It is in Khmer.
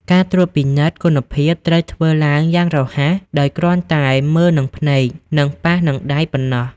ការត្រួតពិនិត្យ គុណភាពត្រូវធ្វើឡើងយ៉ាងរហ័សដោយគ្រាន់តែមើលនឹងភ្នែក និងប៉ះនឹងដៃប៉ុណ្ណោះ។